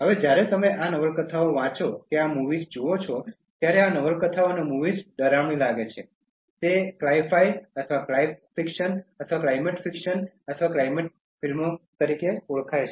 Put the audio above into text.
હવે જ્યારે તમે આ નવલકથાઓ વાંચો કે આ મૂવીઝ જુઓ છો ત્યારે આ નવલકથાઓ અને મૂવીઝ ડરામણી લાગે છે તે ક્લાઇ ફાઇ અને ક્લાય ફ્લિક્સ ક્લાઇમેટ ફિક્શન અને ક્લાઇમેટ ફિલ્મો તરીકે ઓળખાય છે